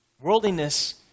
Worldliness